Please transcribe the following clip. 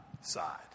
side